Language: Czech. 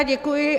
Děkuji.